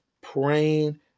praying